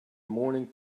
morning